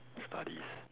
studies